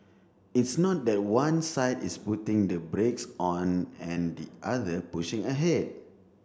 it's not that one side is putting the brakes on and the other pushing ahead